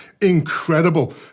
incredible